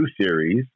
series